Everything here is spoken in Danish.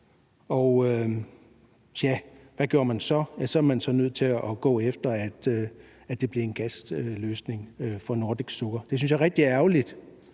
hvad gjorde man så? Så var man nødt til at gå efter, at det blev en gasløsning for Nordic Sugar. Det synes jeg er rigtig